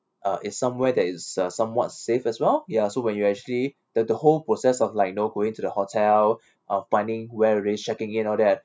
uh it's somewhere that is uh somewhat safe as well ya so when you actually the the whole process of like know going to the hotel uh finding where it is checking in all that